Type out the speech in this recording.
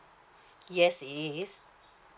yes it it is